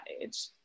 age